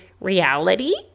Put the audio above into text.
reality